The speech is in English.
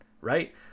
right